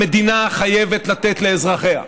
שהמדינה חייבת לתת לאזרחיה,